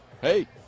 hey